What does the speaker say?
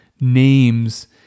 names